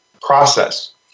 process